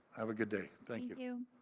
have a good day. thank you.